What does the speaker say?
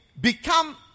become